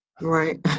Right